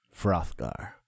Frothgar